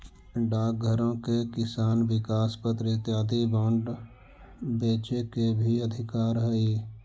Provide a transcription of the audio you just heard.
डाकघरो के किसान विकास पत्र इत्यादि बांड बेचे के भी अधिकार हइ